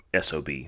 SOB